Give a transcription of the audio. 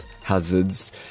hazards